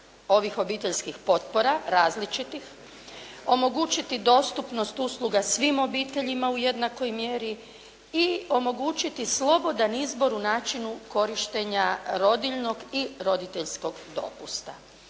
ovih obiteljskih potpora različitih, omogućiti dostupnost usluga svim obiteljima u jednakoj mjeri i omogućiti slobodan izbor u načinu korištenja rodiljnog i roditeljskog dopusta.